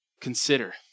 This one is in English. consider